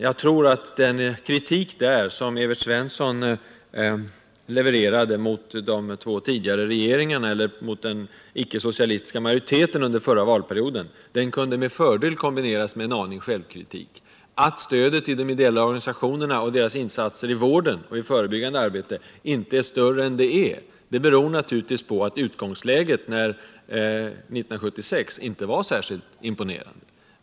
Jag tror att den kritik som Evert Svensson levererade mot de två tidigare regeringarna, eller mot den icke-socialistiska majoriteten under förra valperioden, med fördel kunde kombineras med en aning självkritik. Att stödet till ideella organisationer och deras insatser i vård och förebyggande arbete inte är större än vad det är, beror naturligtvis på att utgångsläget 1976 inte var särskilt imponerande.